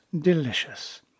delicious